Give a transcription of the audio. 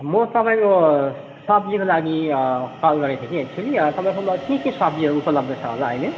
म तपाईँको सब्जीको लागि कल गरेको थिए एक्च्युली तपाईँकोमा के के सब्जीहरू उपलब्ध छ होला अहिले